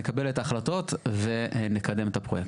נקבל את ההחלטות ונקדם את הפרויקט.